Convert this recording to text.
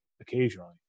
occasionally